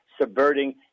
subverting